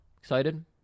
excited